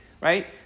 Right